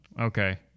okay